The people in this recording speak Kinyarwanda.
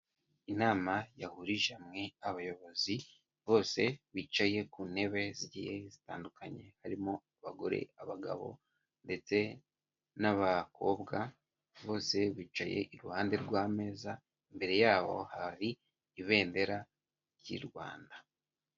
Inama yahurije hamwe abayobozi bose bicaye ku ntebe zigiye zitandukanye harimo abagore, abagabo ndetse n'abakobwa bose bicaye iruhande rw'ameza imbere yabo hari ibendera ry'i Rwanda.